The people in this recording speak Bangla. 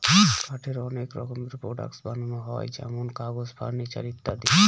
কাঠের অনেক রকমের প্রডাক্টস বানানো হয় যেমন কাগজ, ফার্নিচার ইত্যাদি